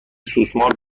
سوسمار